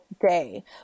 day